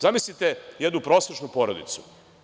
Zamislite jednu prosečnu porodicu.